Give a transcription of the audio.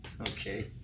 Okay